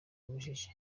ubujiji